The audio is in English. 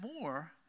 more